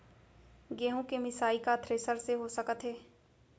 गेहूँ के मिसाई का थ्रेसर से हो सकत हे?